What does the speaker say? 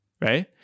right